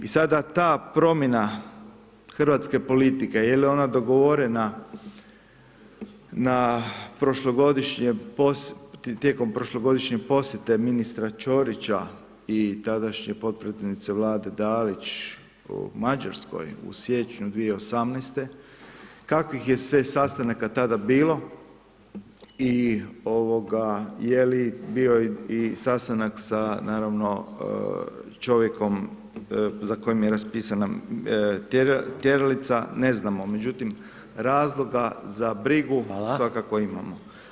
I sada ta promjena hrvatske politike, je li ona dogovorena tijekom prošlogodišnjeg posjeta ministra Čorića i tadašnje potpredsjednice Vlade Dalić u Mađarskoj, u siječnju 2018., kakvih je sve sastanaka tada bilo i je li bio i sastanak sa naravno čovjekom za kojim je raspisana tjeralica, ne znamo, međutim, razlog za brigu svakako imamo.